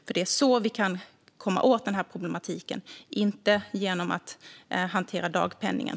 Det är på det sättet vi kan komma åt den här problematiken, inte genom att hantera dagpenningen.